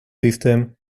systems